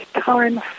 time